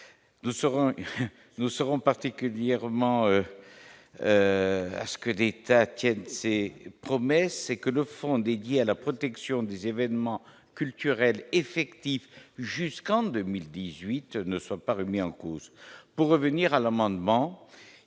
nous serons particulièrement à ce que d'tas tiennent c'est promesse et que le fonds dédiés à la protection des événements culturels effectif jusqu'en 2018 ne soit pas remis en cause, pour revenir à l'amendement,